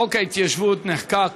חוק ההתיישבות החקלאית נחקק